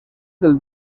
del